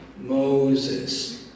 Moses